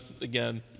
again